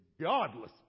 godless